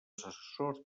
assessors